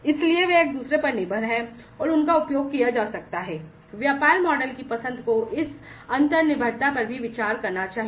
इसलिए वे एक दूसरे पर निर्भर हैं और उनका उपयोग किया जा सकता है व्यापार मॉडल की पसंद को इस अंतर निर्भरता पर भी विचार करना चाहिए